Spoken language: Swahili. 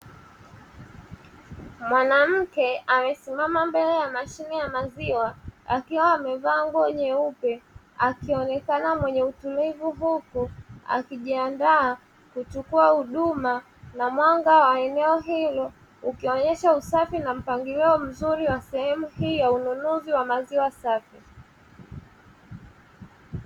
Mwanamke amesimama mbele ya mashine ya maziwa akiwa amevaa nguo nyeupe akionekana mwenye utulivu huku, akijiandaa kuchukua huduma na mwanga wa eneo hilo ukionyesha usafi na mpangilio mzuri wa sehemu hii ya ununuzi wa maziwa safi.